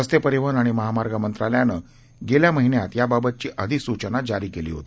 रस्ते परिवहन आणि महामार्ग मंत्रालयानं गेल्या महिन्यात याबाबतची अधिसूचना जारी केली होती